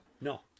No